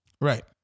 Right